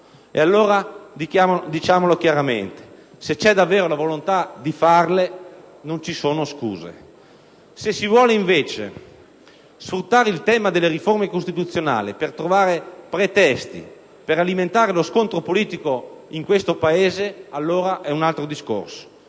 passato. Diciamolo chiaramente: se c'è davvero la volontà di fare le riforme non ci sono scuse. Se invece si desidera sfruttare il tema delle riforme costituzionali per trovare pretesti per alimentare lo scontro politico in questo Paese, allora è un altro discorso.